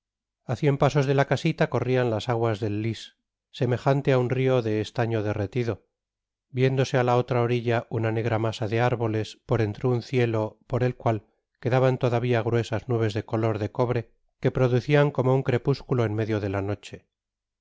a cien pasos de la casita corrían las aguas de lys semejante á un rio de estaño derretido viéndose á la otra orilla una negra masa de árboles por entre un cielo por el cual quedaban todavia gruesas nubes de color de cobre que producian como un crepúsculo en medio fe la noche